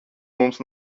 mums